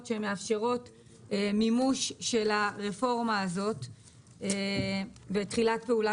שמאפשרות מימוש של הרפורמה הזאת ותחילת פעולה